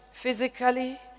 physically